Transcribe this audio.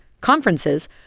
conferences